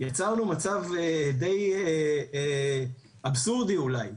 יצרנו מצב די אבסורדי אולי,